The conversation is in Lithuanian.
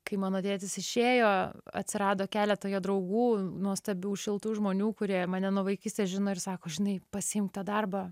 kai mano tėtis išėjo atsirado keletą jo draugų nuostabių šiltų žmonių kurie mane nuo vaikystės žino ir sako žinai pasiimk tą darbą